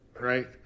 Right